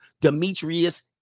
Demetrius